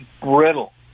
brittle